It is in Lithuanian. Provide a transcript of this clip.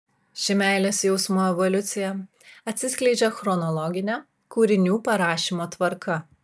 ši meilės jausmo evoliucija atsiskleidžia chronologine kūrinių parašymo tvarka